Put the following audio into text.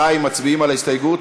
חיים, מצביעים על ההסתייגות?